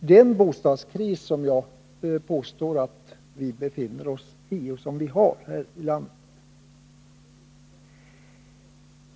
den bostadskris som jag vill påstå att vi har här i landet.